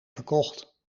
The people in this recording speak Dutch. verkocht